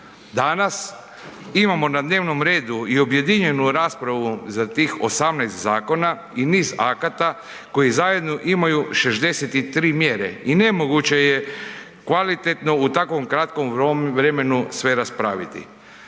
Danas imamo na dnevnom redu i objedinjenu raspravu za tih 18 zakona i niz akata koji zajedno imaju 63 mjere i nemoguće je kvalitetno u takvom kratkom vremenu sve raspraviti.